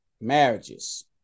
marriages